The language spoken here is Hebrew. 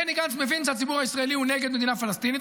בני גנץ מבין שהציבור הישראלי הוא נגד מדינה פלסטינית,